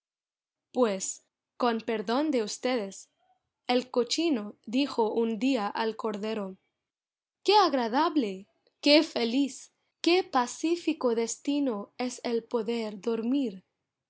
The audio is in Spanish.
pues con perdón de ustedes el cochino dijo un día al cordero qué agradable qué feliz qué pacífico destino es el poder dormir qué